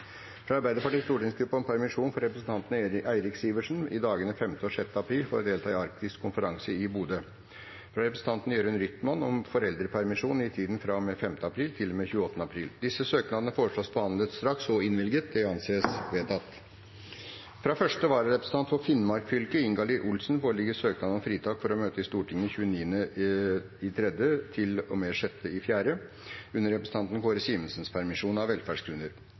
fra Arbeiderpartiets stortingsgruppe om permisjon for representanten Eirik Sivertsen i dagene 5. og 6. april for å delta i arktisk konferanse i Bodø fra representanten Jørund Rytman om foreldrepermisjon i tiden fra og med 5. april til og med 28. april Disse søknader foreslås behandlet straks og innvilget. – Det anses vedtatt. Fra første vararepresentant for Finnmark fylke, Ingalill Olsen , foreligger søknad om fritak for å møte i Stortinget fra og med 29. mars til og med 6. april under representanten Kåre Simensens permisjon,